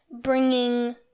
bringing